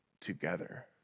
together